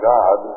God